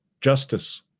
justice